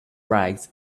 rags